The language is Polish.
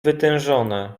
wytężone